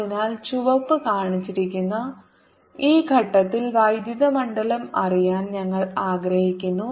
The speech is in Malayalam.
അതിനാൽ ചുവപ്പ് കാണിച്ചിരിക്കുന്ന ഈ ഘട്ടത്തിൽ വൈദ്യുത മണ്ഡലം അറിയാൻ ഞങ്ങൾ ആഗ്രഹിക്കുന്നു